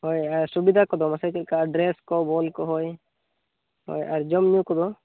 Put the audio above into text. ᱦᱳᱭ ᱟᱨ ᱥᱩᱵᱤᱫᱷᱟ ᱠᱚᱫᱚ ᱢᱟᱥᱮ ᱪᱮᱫ ᱞᱮᱠᱟ ᱟᱨ ᱰᱮᱨᱮᱥ ᱠᱚ ᱵᱚᱞ ᱠᱚ ᱦᱳᱭ ᱦᱳᱭ ᱟᱨ ᱡᱚᱢ ᱧᱩ ᱠᱚᱫᱚ